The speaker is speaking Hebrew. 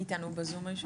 היא איתנו בזום.